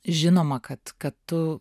žinoma kad kad tu